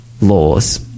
laws